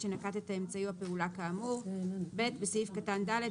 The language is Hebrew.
שנקט את האמצעי או הפעולה כאמור." (ב)בסעיף קטן (ד),